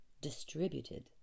distributed